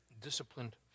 disciplined